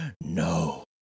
no